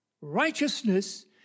Righteousness